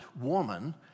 woman